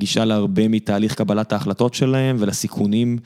גישה להרבה מתהליך קבלת ההחלטות שלהם ולסיכונים.